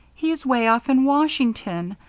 he's way off in washington.